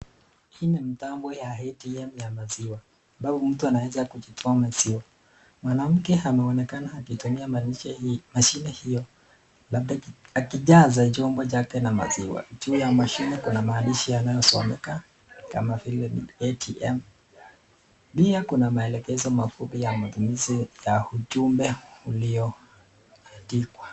Hii ni mtambo ya ATM ya maziwa ambayo mtu anaweza kujifionzia. Mwanamke anaonekana akitumia mashine hiyo labda akijaza chombo chake na maziwa. Juu ya mashine kuna maandishi yanayosomeka kama vile ATM pia kuna maelekezo mafupi ya utumizi ya ujumbe ulioandikwa.